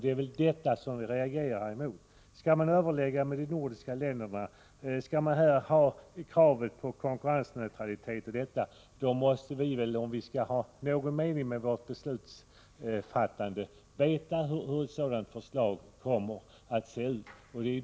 Det är detta som vi reagerar emot. Om vi skall överlägga med de nordiska länderna och om vi skall tillgodose kraven på konkurrensneutralitet och annat, då måste vi veta hur förslaget kommer att se ut. Det vet vi inte i dag.